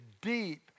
deep